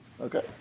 Okay